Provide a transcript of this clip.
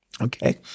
Okay